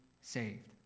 saved